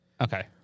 Okay